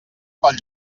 pel